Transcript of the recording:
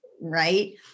right